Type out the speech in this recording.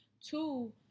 Two